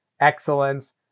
excellence